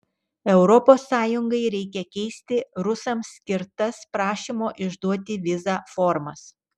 europos sąjungai reikia keisti rusams skirtas prašymo išduoti vizą formas